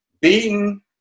beaten